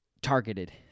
targeted